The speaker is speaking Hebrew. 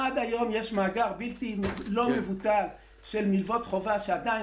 עד היום יש מאגר לא מבוטל של מלוות חובה שעדיין